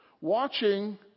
watching